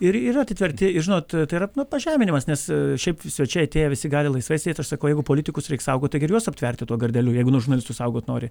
ir yra atitverti žinot tai yra nu pažeminimas nes šiaip svečiai atėję visi gali laisvai aš sakau jeigu politikus reik saugot taigi ir juos aptverti tuo gardeliu jeigu nuo žurnalistų saugot nori